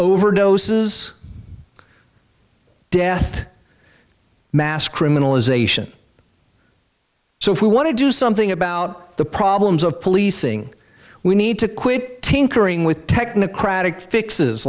overdoses death mass criminalization so if we want to do something about the problems of policing we need to quit tinkering with technocratic fixes